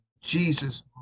Jesus